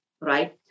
right